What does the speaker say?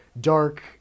dark